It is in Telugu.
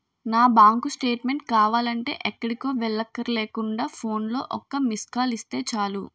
నా బాంకు స్టేట్మేంట్ కావాలంటే ఎక్కడికో వెళ్ళక్కర్లేకుండా ఫోన్లో ఒక్క మిస్కాల్ ఇస్తే చాలు